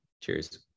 Cheers